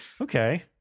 okay